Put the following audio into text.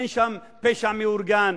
אין שם פשע מאורגן,